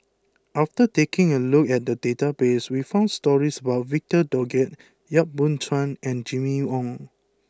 after taking a look at the database we found stories about Victor Doggett Yap Boon Chuan and Jimmy Ong